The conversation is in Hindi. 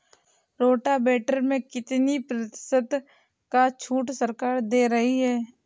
रोटावेटर में कितनी प्रतिशत का छूट सरकार दे रही है?